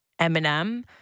Eminem